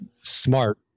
smart